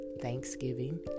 Thanksgiving